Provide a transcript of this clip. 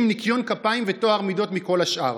ניקיון כפיים וטוהר מידות מכל השאר?